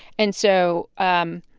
and so um